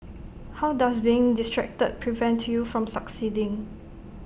how does being distracted prevent you from succeeding